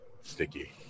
Sticky